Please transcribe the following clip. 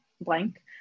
blank